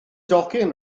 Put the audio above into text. docyn